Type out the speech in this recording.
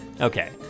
Okay